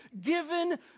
given